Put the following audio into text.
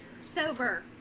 Sober